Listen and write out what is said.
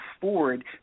forward